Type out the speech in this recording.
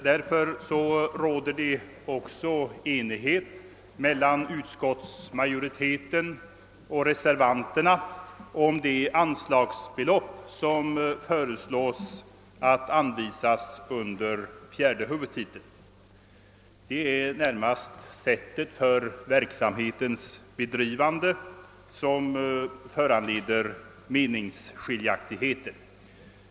Det råder också enighet mellan utskottsmajoriteten och reservanterna om det anslagsbelopp som skall anvisas under fjärde huvudtiteln. Det är närmast sättet för verksamhetens bedrivande som föranleder meningsskiljaktigheter.